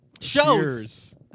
Shows